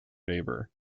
neighbour